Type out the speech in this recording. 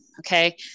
Okay